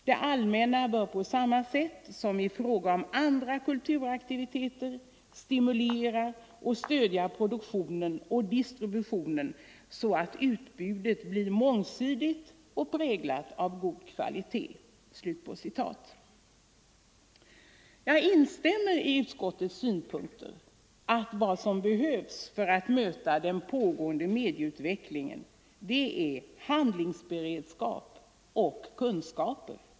Det allmänna bör på samma sätt som i fråga om andra kulturaktiviteter stimulera och stödja produktionen och distributionen så att utbudet blir mångsidigt och präglat av god kvalitet.” Jag instämmer i utskottets synpunkter att vad som behövs för att möta 73 den pågående medieutvecklingen är handlingsberedskap och kunskaper.